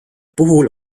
puhul